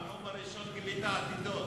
בנאום הראשון גילית עתידות.